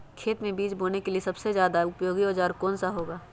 खेत मै बीज बोने के लिए सबसे ज्यादा उपयोगी औजार कौन सा होगा?